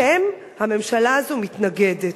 אתם, הממשלה הזאת מתנגדת.